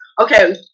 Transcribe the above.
okay